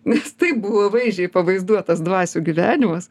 nes taip buvo vaizdžiai pavaizduotas dvasių gyvenimas